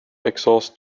exhaust